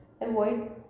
Avoid